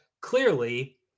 clearly